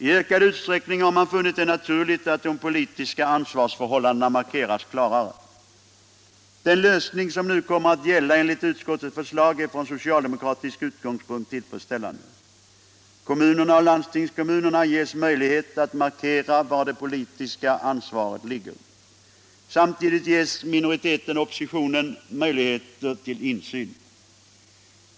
I ökad utsträckning har man funnit det naturligt att de politiska ansvarsförhållandena markeras klarare. Den lösning som nu kommer att gälla, enligt utskottets förslag, är från socialdemokratisk utgångspunkt tillfredsställande. Kommunerna och landstingskommunerna ges möjlighet att markera var det politiska ansvaret ligger. Samtidigt ges minoriteten-oppositionen möjligheter till insyn.